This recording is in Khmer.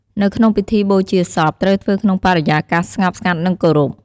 នៅក្នុងពិធីបូជាសពត្រូវធ្វើក្នុងបរិយាកាសស្ងប់ស្ងាត់និងគោរព។